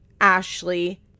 Ashley